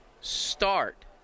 start